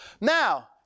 Now